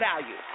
value